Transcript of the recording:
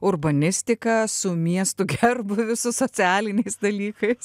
urbanistika su miestų gerbūviu su socialiniais dalykais